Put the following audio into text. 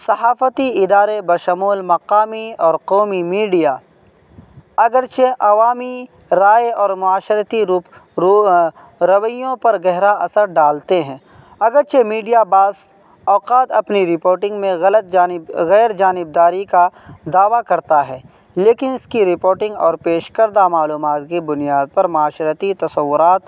صحافتی ادارے بشمول مقامی اور قومی میڈیا اگر چہ عوامی رائے اور معاشرتی رویوں پر گہرا اثر ڈالتے ہیں اگر چہ میڈیا بعض اوقات اپنی رپوٹنگ میں غلط جانب غیر جانب داری کا دعویٰ کرتا ہے لیکن اس کی رپوٹنگ اور پیش کردہ معلومات کی بنیاد پر معاشرتی تصورات